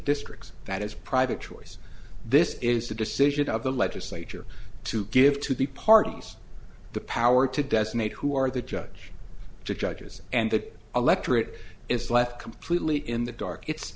districts that is private choice this is the decision of the legislature to give to the parties the power to designate who are the judge judges and the electorate is left completely in the dark it's